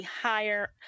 higher